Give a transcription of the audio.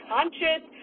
Conscious